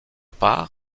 part